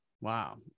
Wow